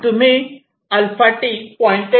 तुम्ही alpha T 0